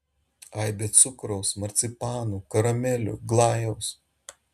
aibę cukraus marcipanų karamelių glajaus